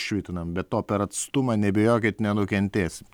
švitinam be to per atstumą neabejokit nenukentėsit